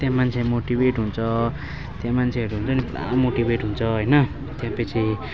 त्यहाँ मान्छे मोटिभेट हुन्छ त्यहाँ मान्छेहरू हुन्छ नि पुरा मोटिभेट हुन्छ होइन त्यहाँपछि